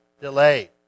delay